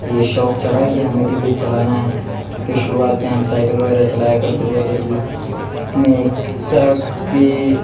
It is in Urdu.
یہ شوق چڑھا کہ ہمیں بھی یہ چلانا ہے کیونکہ شروعات میں ہم سائیکل وغیرہ چلایا کرتے تھے تو دل میں ایک طرح کی